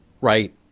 Right